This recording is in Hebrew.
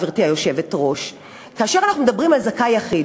גברתי היושבת-ראש: כאשר אנחנו מדברים על זכאי יחיד,